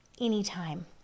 anytime